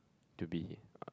to be uh